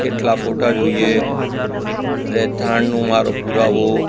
કેટલા ફોટા જોઈએ રહેઠાણનો મારો પુરાવો